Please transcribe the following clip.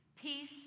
Peace